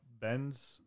Benz